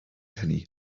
hynny